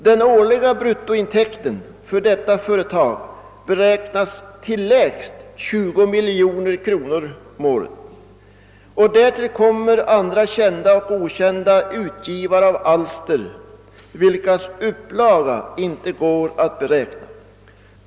Den årliga bruttointäkten kan för detta företag beräknas till lägst 20 miljoner kronor. Därtill kommer andra kända och okända utgivare av alster vilkas upplaga inte går att beräkna.